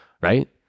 right